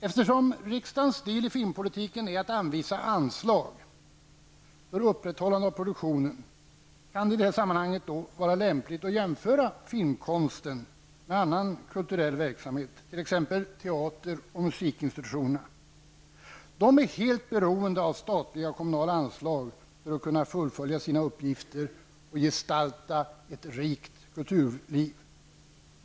Eftersom riksdagens del i filmpolitiken är att anvisa anslag för ett upprätthållande av produktionen, kan det i det här sammanhanget vara lämpligt att jämföra filmkonsten med annan kulturell verksamhet, t.ex. teater och musikinstitutionerna. Dessa är helt beroende av statliga och kommunala anslag för att kunna fullfölja sina uppgifter och gestalta ett rikt kulturliv.